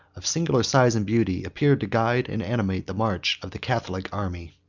of singular size and beauty, appeared to guide and animate the march of the catholic army.